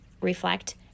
reflect